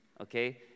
okay